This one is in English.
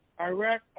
Iraq